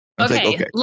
Okay